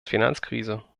finanzkrise